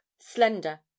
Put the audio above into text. slender